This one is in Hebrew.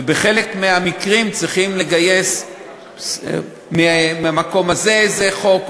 ובחלק מהמקרים צריכים לגייס מהמקום הזה איזה חוק,